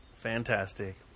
Fantastic